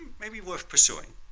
may be worth pursuing.